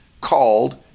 called